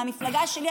מהמפלגה שלי,